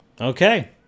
Okay